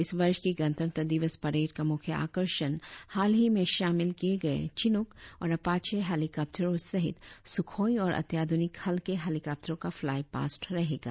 इस वर्ष की गणतंत्र दिवस परेड का मुख्य आकर्षण हाल ही में शामिल किए सप चिनक और आपचे हेलीकॉप्टरों सहित सखोर्ड और अत्याधनिक इल्के हेलीकॉप्टरों का फ्लाई पास्ट रहेगा